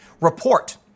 Report